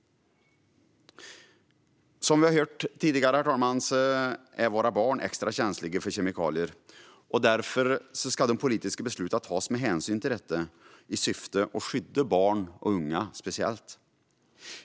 Som vi har hört tidigare är våra barn extra känsliga för kemikalier. De politiska besluten ska tas med hänsyn till detta i syfte att speciellt skydda barn och unga.